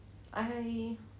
I